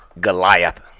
Goliath